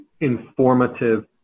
informative